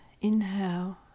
Inhale